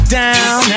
down